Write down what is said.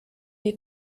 die